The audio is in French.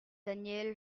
daniel